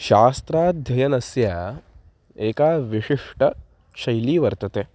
शास्त्राध्ययनस्य एका विशिष्टा शैली वर्तते